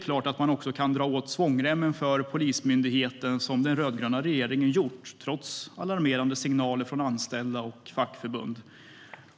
Man kan också dra åt svångremmen för Polismyndigheten som den rödgröna regeringen också har gjort, trots alarmerande signaler från anställda och fackförbund.